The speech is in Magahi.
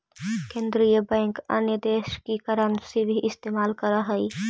केन्द्रीय बैंक अन्य देश की करन्सी भी इस्तेमाल करअ हई